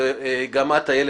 איילת,